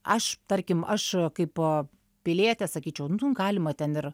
aš tarkim aš kaip pilietė sakyčiau galima ten ir